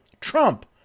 Trump